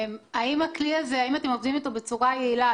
האם אתם עובדים עם הכלי הזה בצורה יעילה?